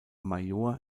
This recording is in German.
major